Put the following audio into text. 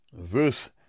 Verse